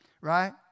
right